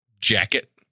jacket